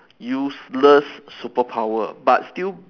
useless superpower but still